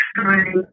time